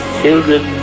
children